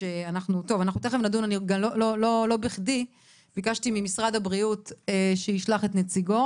לא בכדי ביקשתי ממשרד הבריאות את נציגו,